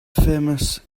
famous